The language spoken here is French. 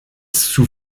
sous